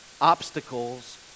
obstacles